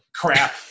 crap